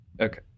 Okay